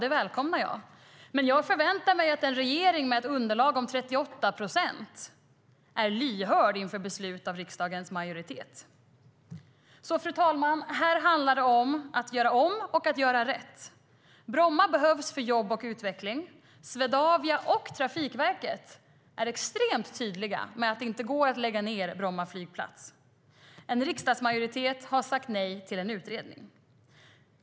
Det välkomnar jag, men jag förväntar mig att en regering med ett underlag på 38 procent är lyhörd för beslut av riksdagens majoritet. Fru talman! Här handlar det om att göra om och göra rätt. Bromma behövs för jobb och utveckling. Swedavia och Trafikverket är extremt tydliga med att det inte går att lägga ned Bromma flygplats. En riksdagsmajoritet har sagt nej till en utredning.